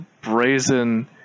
brazen